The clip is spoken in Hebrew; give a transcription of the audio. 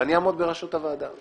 ואני אעמוד בראשות הוועדה.